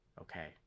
Okay